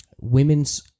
Women's